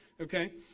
okay